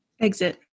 Exit